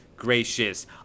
Gracious